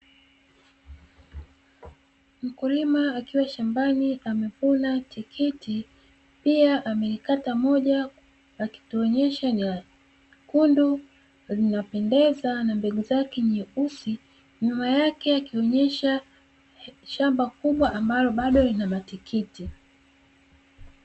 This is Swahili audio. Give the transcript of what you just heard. Mkulima akiwa shambani amevuna tikiti pia amelikata moja akituonyesha ni jekundu linapendeza na mbegu zake nyeusi nyuma yake ikionyesha shamba kubwa ambalo bado linamatikiti.